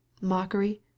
mockery